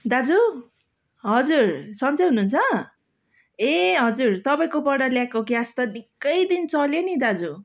दाजु हजुर सन्चै हुनुहुन्छ ए हजुर तपाईँकोबाट ल्याएको ग्यास त निक्कै दिन चल्यो नि दाजु